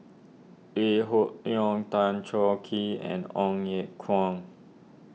Lee Hoon Leong Tan Choh Kee and Ong Ye Kung